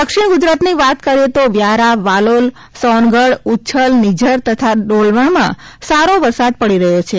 દક્ષિણ ગુજરાતની વાત કરીએ તો વ્યારા વાલોલ સોનગઢ ઉચ્છલ નિઝર તથા ડોલવણમાં સારો વરસાદ પડી રહ્યો છે